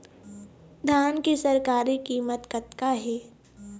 धान के सरकारी कीमत कतका हे?